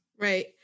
Right